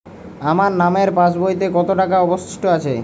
আমার নামের পাসবইতে কত টাকা অবশিষ্ট আছে?